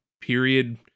period